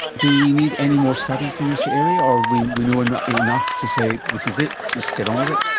do we need any more studies in this area or do we know enough enough to say this is it, let's get on with it'?